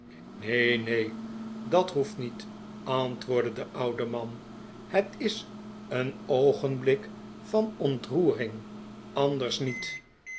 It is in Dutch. neen neen dat hoeft niet antwoordde de oude man het is een oogenblik van ontroering anders niet